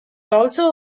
also